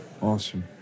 Awesome